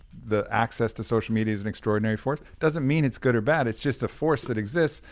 the access to social media is an extraordinary force. doesn't mean it's good or bad. it's just a force that exists.